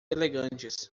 elegantes